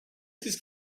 this